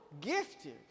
gifted